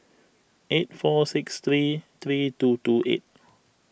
eight four six three three two two eight